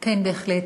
כן, בהחלט,